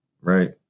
right